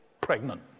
pregnant